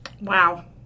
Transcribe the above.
Wow